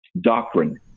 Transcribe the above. Doctrine